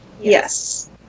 Yes